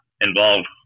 involved